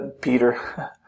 Peter